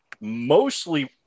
mostly